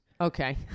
Okay